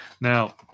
Now